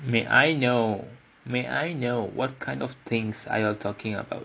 may I know may I know what kind of things are ya'll talking about